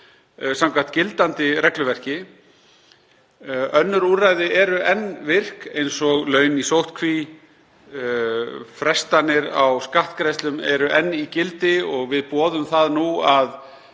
samkvæmt gildandi regluverki. Önnur úrræði eru enn virk, eins og laun í sóttkví, frestanir á skattgreiðslum eru enn í gildi og við boðum það nú að